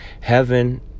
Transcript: Heaven